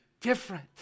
different